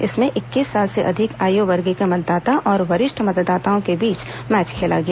इसमें इक्कीस साल से अधिक आयु वर्ग के मतदाता और वरिष्ठ मतदाताओं की टीम के बीच मैच खेला गया